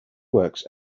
works